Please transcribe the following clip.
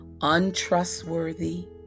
untrustworthy